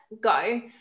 go